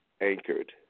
anchored